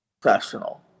professional